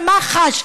למח"ש,